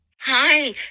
hi